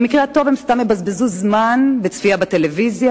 במקרה הטוב הם סתם יבזבזו זמן בצפייה בטלוויזיה